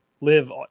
live